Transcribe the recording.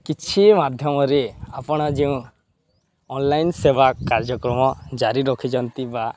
କିଛି ମାଧ୍ୟମରେ ଆପଣ ଯେଉଁ ଅନ୍ଲାଇନ୍ ସେବା କାର୍ଯ୍ୟକ୍ରମ ଜାରି ରଖିଛନ୍ତି ବା